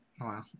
Wow